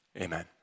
Amen